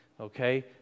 okay